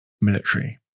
military